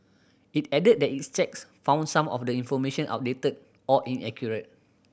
it added that its checks found some of the information outdated or inaccurate